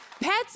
Pets